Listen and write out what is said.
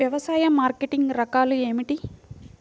వ్యవసాయ మార్కెటింగ్ రకాలు ఏమిటి?